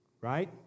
right